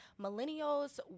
millennials